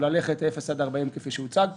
ללכת באזור 0 40 קילומטר כפי שהוצג פה,